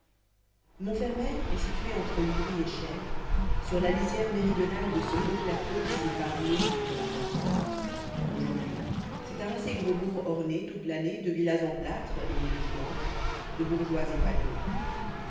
montfermeil est situé entre livry et chelles sur la lisière méridionale de ce haut plateau qui sépare l'ourcq de la marne aujourd'hui c'est un assez gros bourg orné toute l'année de villas en plâtre et le dimanche de bourgeois épanouis